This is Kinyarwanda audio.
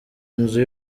nzu